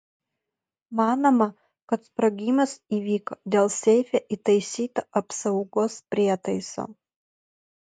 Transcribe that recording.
manoma kad sprogimas įvyko dėl seife įtaisyto apsaugos prietaiso